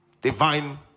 divine